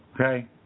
okay